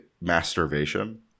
masturbation